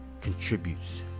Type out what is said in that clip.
contributes